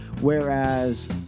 whereas